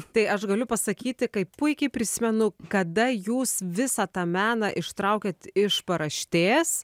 tai aš galiu pasakyti kaip puikiai prisimenu kada jūs visą tą meną ištraukėt iš paraštės